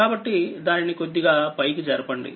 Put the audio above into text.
కాబట్టిదానిని కొద్దిగా పైకి జరపండి